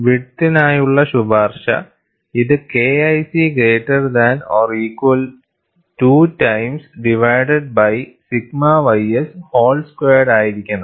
വിഡ്ത്തിനായുള്ള ശുപാർശ ഇത് KIC greater than or equal 2 times divided by sigma ys whole squared ആയിരിക്കണം